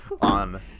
on